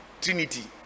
Trinity